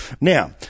Now